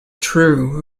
true